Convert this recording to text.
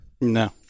No